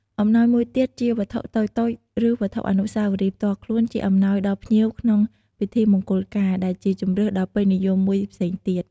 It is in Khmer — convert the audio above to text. អំណោយមួយទៀតជាវត្ថុតូចៗឬវត្ថុអនុស្សាវរីយ៍ផ្ទាល់ខ្លួនជាអំណោយដល់ភ្ញៀវក្នុងពិធីមង្គលការ ដែលជាជម្រើសដ៏ពេញនិយមមួយផ្សេងទៀត។